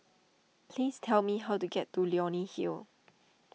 please tell me how to get to Leonie Hill